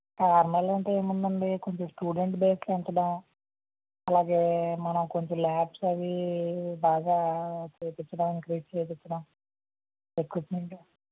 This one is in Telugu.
కారణాలు అంటే ఏముంది అండి కొంచెం స్టూడెంట్ బేస్ పెంచడం అలాగే మనం కొంచెం ల్యాబ్స్ అవి బాగా చేపించడానికి చేపించడం ఎక్విప్మెంటు